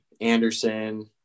Anderson